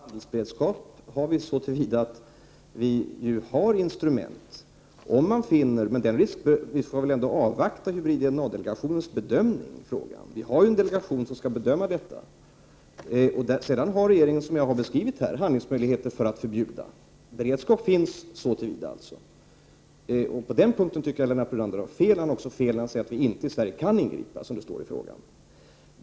Herr talman! Handlingsberedskap har vi såtillvida att vi ju har instrument, men vi skall väl ändå avvakta hybrid-DNA-delegationens bedömning i frågan. Vi har ju en delegation som skall bedöma detta. Sedan har regeringen, som jag har beskrivit här, handlingsmöjligheter för att förbjuda. Beredskap finns alltså såtillvida. På den punkten tycker jag att Lennart Brunander har fel. Han har också fel när han säger att vi i Sverige inte kan ingripa, som det står i frågan.